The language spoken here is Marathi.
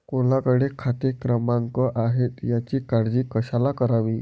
कोणाकडे खाते क्रमांक आहेत याची काळजी कशाला करावी